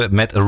met